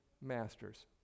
masters